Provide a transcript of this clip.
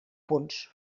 punts